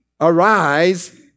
Arise